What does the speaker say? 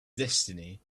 destiny